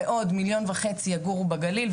ועוד 1.5 מיליון יגורו בגליל,